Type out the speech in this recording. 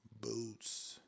Boots